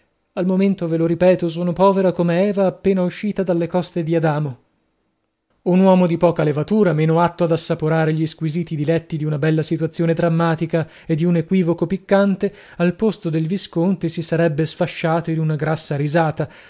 rimborsarvi al momento ve lo ripeto sono povera come eva appena uscita dalle coste di adamo un uomo di poca levatura meno atto ad assaporare gli squisiti diletti di una bella situazione drammatica e di un equivoco piccante al posto del visconte si sarebbe sfasciato in una grassa risata